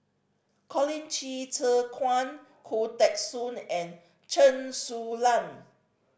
Colin Qi Zhe Quan Khoo Teng Soon and Chen Su Lan